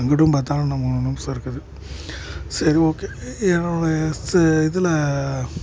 அங்குட்டும் பார்த்தா இன்னும் மூணு நிமிஷம் இருக்குது சரி ஓகே என்னுடைய செ இதில்